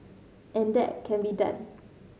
and that can be done